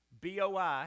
BOI